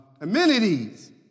Amenities